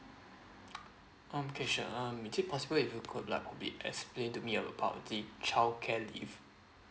um okay sure um is it possible if you could like be explained to me about the child care leave